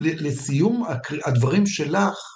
לסיום, הדברים שלך...